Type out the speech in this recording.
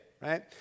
right